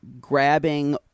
grabbing